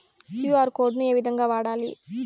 QR code ను ఏ విధంగా వాడాలి?